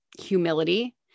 humility